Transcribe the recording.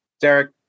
Derek